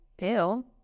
Ew